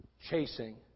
chasing